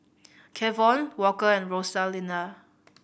Kevon Walker and Rosalinda